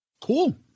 Cool